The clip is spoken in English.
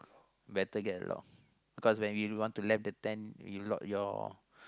better get a lock because when we want to left the tent you lock your